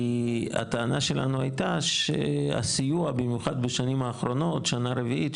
הטענה שלנו הייתה שהסיוע במיוחד בשנים האחרונות שנה רביעית,